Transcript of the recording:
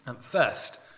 First